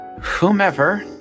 whomever